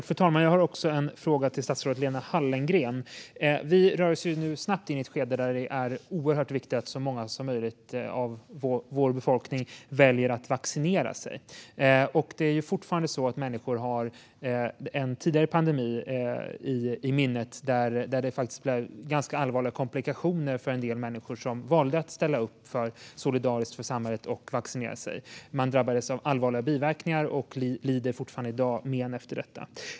Fru talman! Jag har också en fråga till statsrådet Lena Hallengren. Vi rör oss snabbt mot ett skede där det är viktigt att så många som möjligt i befolkningen väljer att vaccinera sig. Människor har fortfarande en tidigare pandemi i minnet då det blev allvarliga komplikationer för en del människor som valde att ställa upp solidariskt för samhället och vaccinera sig. De drabbades av svåra biverkningar och lider ännu i dag men av detta.